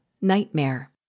Nightmare